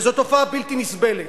וזאת תופעה בלתי נסבלת.